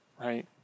right